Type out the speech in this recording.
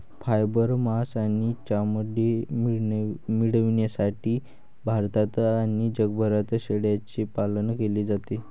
fibre, मांस आणि चामडे मिळविण्यासाठी भारतात आणि जगभरात शेळ्यांचे पालन केले जाते